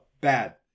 bad